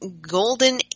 golden